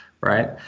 right